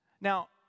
Now